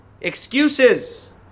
Excuses